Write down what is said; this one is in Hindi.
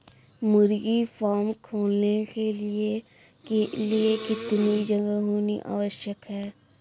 मुर्गी फार्म खोलने के लिए कितनी जगह होनी आवश्यक है?